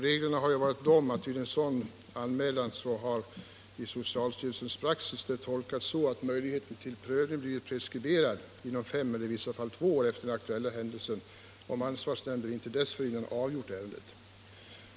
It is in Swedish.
Reglerna har vid en sådan anmälan enligt socialstyrelsens praxis tolkats så att möjligheten till prövning preskriberas inom fem eller möjligen två år efter den aktuella händelsen, såvida ansvarsnämnden inte dessförinnan avgjort ärendet.